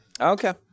Okay